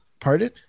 pardon